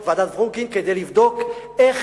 ועדת-פרומקין, כדי לבדוק איך